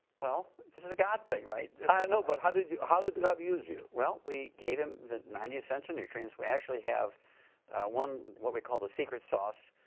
well, this is a god thing, right? i know, but how did you. how did god use you? well, we gave him the ninety essential nutrients. we actually have one, what we call the secret sauce,